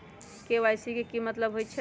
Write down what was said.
KYC के कि मतलब होइछइ?